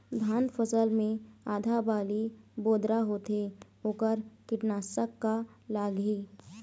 धान फसल मे आधा बाली बोदरा होथे वोकर कीटनाशक का लागिही?